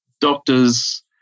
doctors